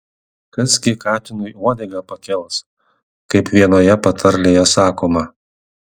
kas gi katinui uodegą pakels kaip vienoje patarlėje sakoma